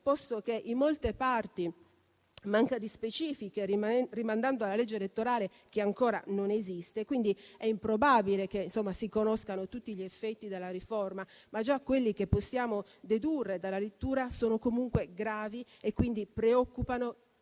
però che in molte parti manca di specifiche, rimandando alla legge elettorale che ancora non esiste. È quindi improbabile che si conoscano tutti gli effetti della riforma, ma già quelli che possiamo dedurre dalla lettura sono comunque gravi e, quindi, preoccupano